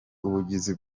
ubugizi